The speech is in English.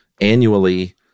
annually